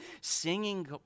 singing